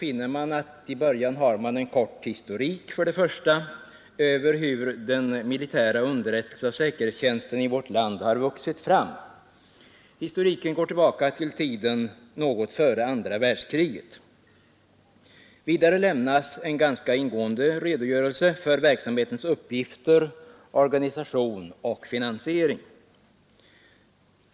I försvarsutskottets betänkande lämnas en kort historik över hur den militära underrättelseoch säkerhetstjänsten i vårt land vuxit fram. Historiken går tillbaka till tiden något före andra världskriget. Vidare lämnas en ganska ingående redogörelse för verksamhetens uppgifter, organisation och finansiering.